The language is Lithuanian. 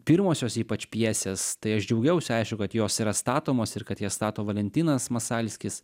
pirmosios ypač pjesės tai aš džiaugiausi aišku kad jos yra statomos ir kad jas stato valentinas masalskis